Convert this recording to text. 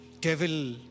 devil